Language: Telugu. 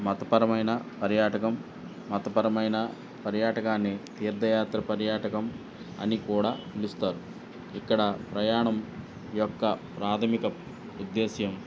మతపరమైన పర్యాటకం మతపరమైన పర్యాటకాన్ని తీర్థయాత్ర పర్యాటకం అని కూడా పిలుస్తారు ఇక్కడ ప్రయాణం యొక్క ప్రాధమిక ఉద్దేశం